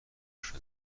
شده